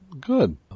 Good